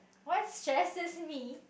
what stresses me